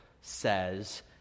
says